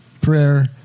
prayer